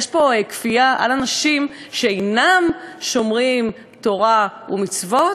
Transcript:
יש פה כפייה על אנשים שאינם שומרים תורה ומצוות.